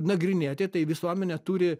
nagrinėti tai visuomenė turi